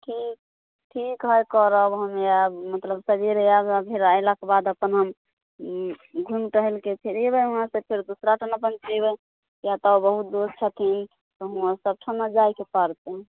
ठीक हइ हम करब हमे आएब मतलब सवेरे आएब फेर अएलाके बाद हम अपन घुमि टहलिके फेर अएबै वहाँसँ फेर दोसरा ठाम अपन जेबै या तऽ बहुत दोस्त छथिन तऽ हुआँ सबठाम ने जाएके पड़तै